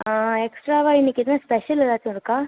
எக்ஸ்ட்ராவாக இன்னைக்கி எதுவும் ஸ்பெஷல் ஏதாச்சும் இருக்கா